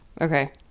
Okay